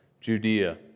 Judea